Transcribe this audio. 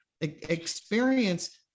experience